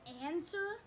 answer